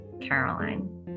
Caroline